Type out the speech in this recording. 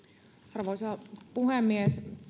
arvoisa puhemies